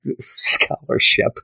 scholarship